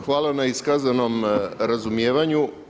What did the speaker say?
Hvala na iskazanom razumijevanju.